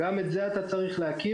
גם את זה אתה צריך להכיר.